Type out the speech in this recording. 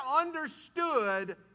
understood